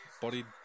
bodied